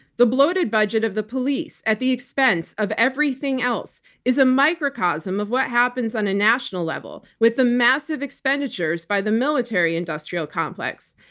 the bloated budget of the police at the expense of everything else is a microcosm of what happens on a national level with the massive expenditures by the military-industrial complex.